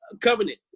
Covenant